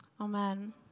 Amen